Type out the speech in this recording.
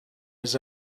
his